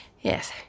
Yes